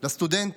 הסטודנטים.